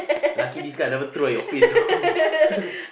lucky this card I never throw at your face know